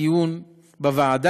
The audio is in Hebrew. דיון בוועדה,